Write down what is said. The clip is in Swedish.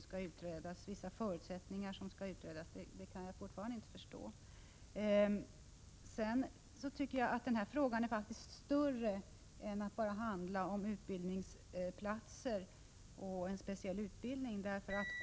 Jag tycker faktiskt att den här frågan är större än att bara handla om utbildningsplatser på en speciell utbildning.